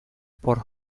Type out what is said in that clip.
por